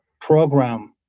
program